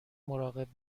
مراقب